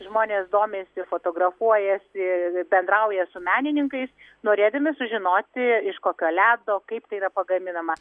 žmonės domisi fotografuojasi bendrauja su menininkais norėdami sužinoti iš kokio ledo kaip tai yra pagaminama